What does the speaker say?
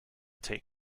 take